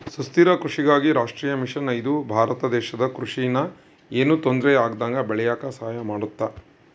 ಸುಸ್ಥಿರ ಕೃಷಿಗಾಗಿ ರಾಷ್ಟ್ರೀಯ ಮಿಷನ್ ಇದು ಭಾರತ ದೇಶದ ಕೃಷಿ ನ ಯೆನು ತೊಂದರೆ ಆಗ್ದಂಗ ಬೇಳಿಯಾಕ ಸಹಾಯ ಮಾಡುತ್ತ